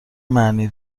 معنی